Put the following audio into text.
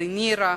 נירה,